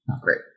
great